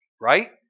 right